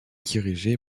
dirigée